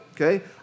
okay